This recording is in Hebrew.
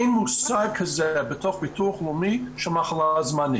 אין מושג כזה בתוך ביטוח לאומי של מחלה זמנית.